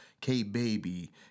K-Baby